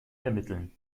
ermitteln